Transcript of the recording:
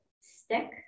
stick